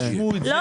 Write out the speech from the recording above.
(היו"ר יצחק פינדרוס, 10:40)